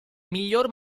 miglior